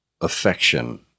affection